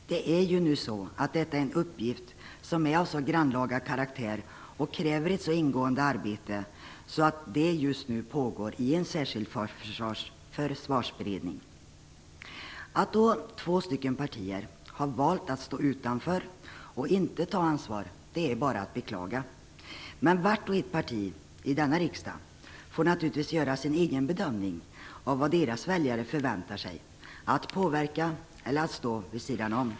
Denna uppgift är av så grannlaga karaktär och kräver ett så ingående arbete att ett sådant just nu pågår i en särskild försvarsberedning. Att två partier har valt att stå utanför och inte ta ansvar är bara att beklaga. Men varje enskilt parti i riksdagen får naturligtvis göra sin egen bedömning av vad dess väljare förväntar sig - att man skall påverka eller att man skall stå vid sidan om.